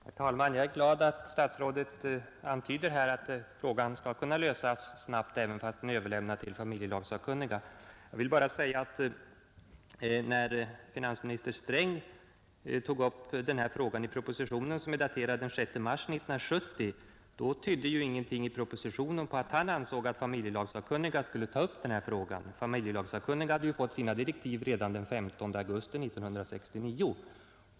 Herr talman! Jag är glad att statsrådet antyder att frågan skall kunna lösas snabbt trots att den är överlämnad till familjelagssakkunniga. När finansminister Sträng tog upp denna fråga i den proposition som är daterad den 6 mars 1970 tydde ingenting på att han ansåg att familjelagssakkunniga skulle ta upp frågan. Familjelagssakkunniga hade ju fått sina direktiv redan den 15 augusti 1969.